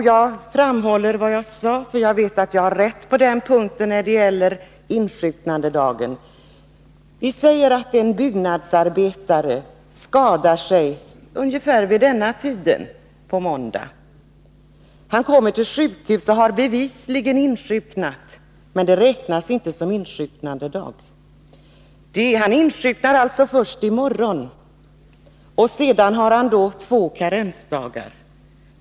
Jag understryker vad jag tidigare sagt, för jag vet att jag har rätt när det gäller insjuknandedagen. Låt oss säga att en byggnadsarbetare skadar sig ungefär vid den här tiden på en måndag, dvs. ca kl. 13.00. Han kommer till sjukhus och har bevisligen insjuknat samma dag, men den dagen räknas ändå inte som insjuknandedag. Han insjuknar alltså först nästa dag. Sedan har han två karensdagar.